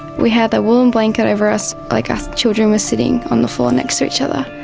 we had a woollen blanket over us, like us children were sitting on the floor next to each other,